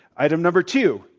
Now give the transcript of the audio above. item number two,